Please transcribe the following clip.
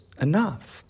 enough